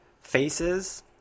faces